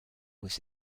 was